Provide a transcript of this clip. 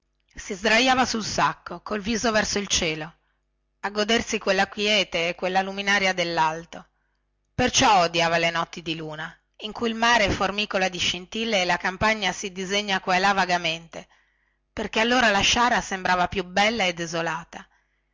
si sdraiava sul sacco col viso verso il cielo a godersi quella quiete e quella luminaria dellalto perciò odiava le notti di luna in cui il mare formicola di scintille e la campagna si disegna qua e là vagamente allora la sciara sembra più brulla e desolata